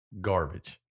garbage